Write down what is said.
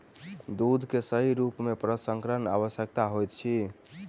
दूध के सही रूप में प्रसंस्करण आवश्यक होइत अछि